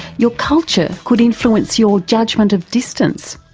your culture could influence your judgement of distance,